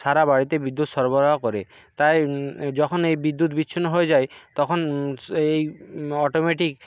সারা বাড়িতে বিদ্যুৎ সরবরাহ করে তাই যখন এই বিদ্যুৎ বিচ্ছিন্ন হয়ে যায় তখন এই অটোমেটিক